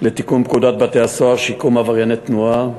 לתיקון פקודת בתי-הסוהר (שיקום לעברייני תנועה),